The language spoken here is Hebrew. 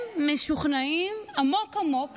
הם משוכנעים עמוק עמוק